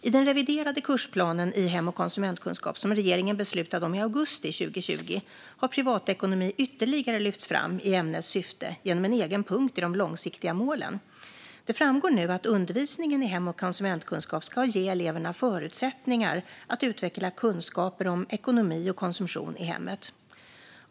I den reviderade kursplanen i hem och konsumentkunskap som regeringen beslutade om i augusti 2020 har privatekonomi ytterligare lyfts fram i ämnets syfte genom en egen punkt i de långsiktiga målen. Där framgår nu att undervisningen i ämnet hem och konsumentkunskap ska ge eleverna förutsättningar att utveckla kunskaper om ekonomi och konsumtion i hemmet.